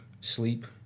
sleep